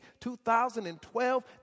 2012